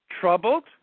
troubled